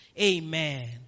Amen